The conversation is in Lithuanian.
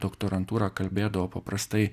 doktorantūrą kalbėdavo paprastai